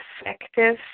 effective